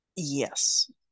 Yes